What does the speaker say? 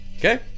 okay